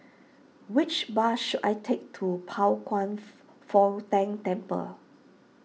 which bus should I take to Pao Kwan Foh Tang Temple